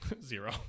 Zero